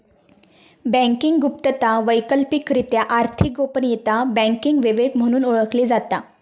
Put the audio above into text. banking गुप्तता, वैकल्पिकरित्या आर्थिक गोपनीयता, बँकिंग विवेक म्हणून ओळखली जाता